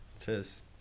Cheers